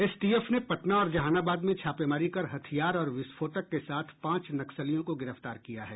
STF ने पटना और जहानाबाद में छापेमारी कर हथियार और विस्फोटक के साथ पांच नक्सलियों को गिरफ्तार किया है